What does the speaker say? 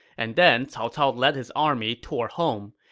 and then cao cao led his army toward home.